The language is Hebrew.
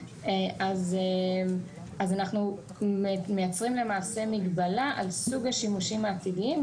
אז אנחנו מייצרים למעשה מגבלה על סוג השימושים העתידיים,